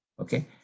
Okay